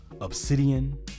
Obsidian